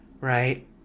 right